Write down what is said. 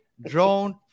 drone